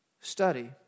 study